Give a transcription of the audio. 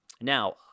Now